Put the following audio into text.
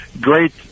great